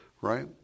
right